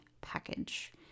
package